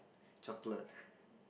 chocolate